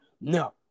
No